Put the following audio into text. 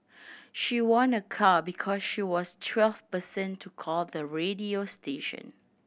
she won a car because she was twelfth person to call the radio station